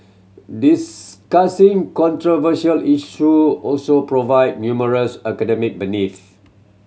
discussing controversial issue also provide numerous academic